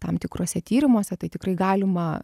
tam tikruose tyrimuose tai tikrai galima